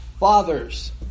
Fathers